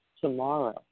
tomorrow